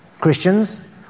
Christians